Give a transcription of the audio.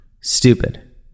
stupid